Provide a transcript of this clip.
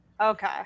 okay